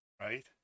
right